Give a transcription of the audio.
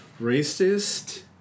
racist